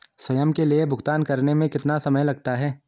स्वयं के लिए भुगतान करने में कितना समय लगता है?